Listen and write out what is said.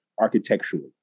architecturally